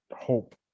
hope